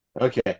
Okay